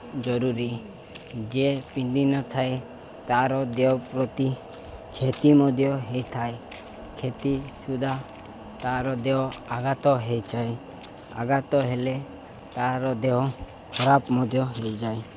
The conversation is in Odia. ଜରୁରୀ ଯିଏ ପିନ୍ଧିିନଥାଏ ତା'ର ଦେହ ପ୍ରତି କ୍ଷତି ମଧ୍ୟ ହୋଇଥାଏ କ୍ଷତି ସୁଦ୍ଧା ତା'ର ଦେହ ଆଘାତ ହୋଇଯାଏ ଆଘାତ ହେଲେ ତା'ର ଦେହ ଖରାପ ମଧ୍ୟ ହୋଇଯାଏ